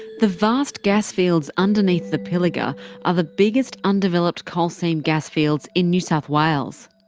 the vast gasfields underneath the pilliga are the biggest undeveloped coal seam gasfields in new south wales.